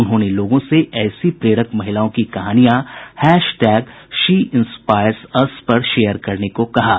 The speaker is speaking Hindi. उन्होंने लोगों से ऐसी प्रेरक महिलाओं की कहानियां hashtag she inspires us पर शेयर करने को कहा है